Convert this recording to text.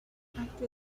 after